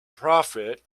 prophet